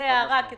זאת רק הערה אבל